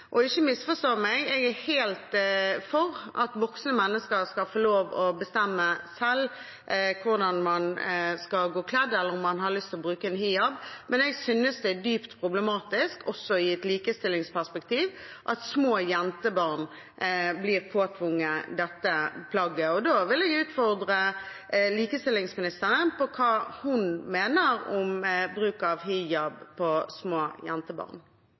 Ikke misforstå meg: Jeg er helt for at voksne mennesker skal få lov å bestemme selv hvordan de skal gå kledd, eller om man har lyst til å bruke en hijab, men jeg synes det er dypt problematisk – også i et likestillingsperspektiv – at små jentebarn blir påtvunget dette plagget. Da vil jeg utfordre likestillingsministeren: Hva mener hun om bruk av hijab på små jentebarn?